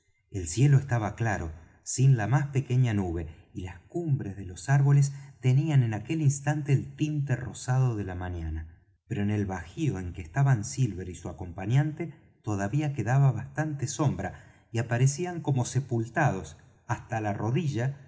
el cielo estaba claro sin la más pequeña nube y las cumbres de los árboles tenían en aquel instante el tinte rosado de la mañana pero en el bajío en que estaban silver y su acompañante todavía quedaba bastante sombra y aparecían como sepultados hasta la rodilla